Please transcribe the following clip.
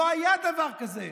לא היה דבר כזה.